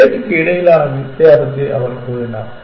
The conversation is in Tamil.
ஸ்டேட்டுக்கு இடையிலான வித்தியாசத்தை அவர் கூறினார்